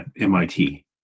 mit